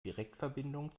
direktverbindung